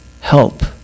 help